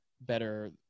better